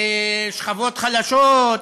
שכבות חלשות,